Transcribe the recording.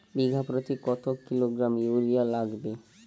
বিঘাপ্রতি কত kilogram urea লাগবে?